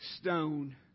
stone